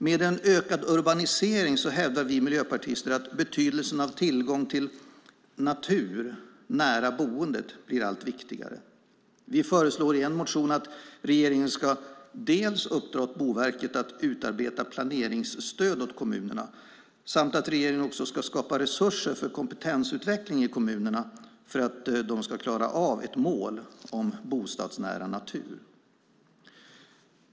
Vi miljöpartister hävdar att med en ökad urbanisering blir betydelsen av tillgång till natur nära boendet allt viktigare. Vi föreslår i en motion dels att regeringen ska uppdra åt Boverket att utarbeta planeringsstöd åt kommunerna, dels att regeringen ska skapa resurser för kompetensutveckling i kommunerna för att de ska klara av att uppnå ett mål om bostadsnära natur.